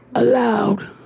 allowed